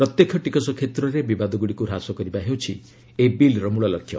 ପ୍ରତ୍ୟକ୍ଷ ଟିକସ କ୍ଷେତ୍ରରେ ବିବାଦଗୁଡ଼ିକୁ ହ୍ରାସ କରିବା ହେଉଛି ଏହି ବିଲ୍ର ମୂଳ ଲକ୍ଷ୍ୟ